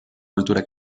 cultura